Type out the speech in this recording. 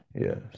Yes